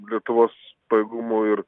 lietuvos pajėgumų ir